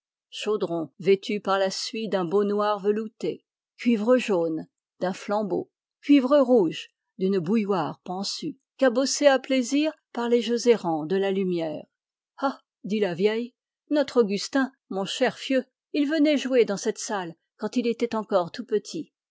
chaudron vêtu par la suie d'un beau noir velouté cuivre jaune d'un flambeau cuivre rouge d'une bouilloire pansue cabossée à plaisir pour les jeux errants de la lumière ah dit la vieille notre augustin mon cher fieu venait jouer dans cette salle quand il était encore tout petit